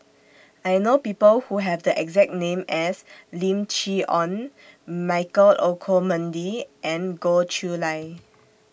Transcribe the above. I know People Who Have The exact name as Lim Chee Onn Michael Olcomendy and Goh Chiew Lye